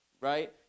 right